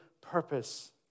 purpose